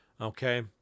Okay